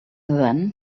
then